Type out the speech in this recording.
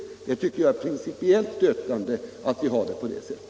Jag tycker det är principiellt stötande att vi har det på det sättet.